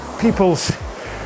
people's